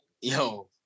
yo